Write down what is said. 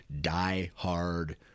die-hard